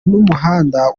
n’umuhanda